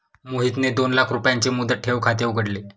मोहितने दोन लाख रुपयांचे मुदत ठेव खाते उघडले